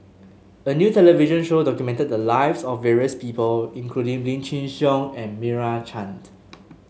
a new television show documented the lives of various people including Lim Chin Siong and Meira Chand